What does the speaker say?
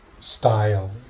style